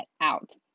out